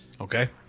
Okay